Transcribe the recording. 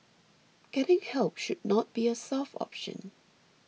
getting help should not be a soft option